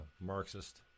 marxist